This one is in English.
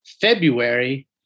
February